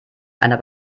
einer